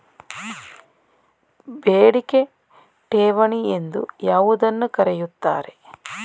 ಬೇಡಿಕೆ ಠೇವಣಿ ಎಂದು ಯಾವುದನ್ನು ಕರೆಯುತ್ತಾರೆ?